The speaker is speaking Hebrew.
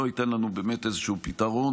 לא ייתן לנו באמת איזשהו פתרון.